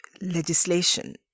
legislation